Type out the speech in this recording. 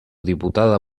diputada